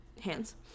hands